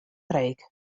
reek